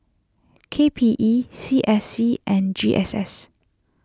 K P E C S C and G S S